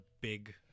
big